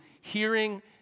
hearing